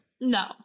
No